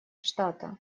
штата